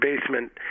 basement